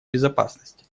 безопасности